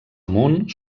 amunt